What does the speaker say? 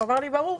הוא אמר לי: ברור,